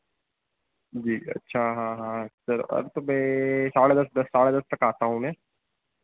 जी अच्छा हाँ हाँ सर अरे तो मैं साढ़े दस तक साढ़े दस तक आता हूँ मैं